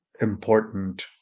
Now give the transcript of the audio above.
important